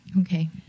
Okay